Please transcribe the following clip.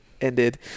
ended